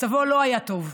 מצבו לא היה טוב.